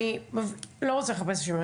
אני לא רוצה לחפש אשמים,